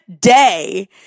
day